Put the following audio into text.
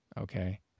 Okay